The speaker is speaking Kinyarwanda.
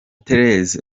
thérèse